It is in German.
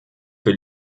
für